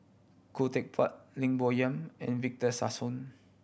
Khoo Teck Puat Lim Bo Yam and Victor Sassoon